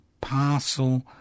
parcel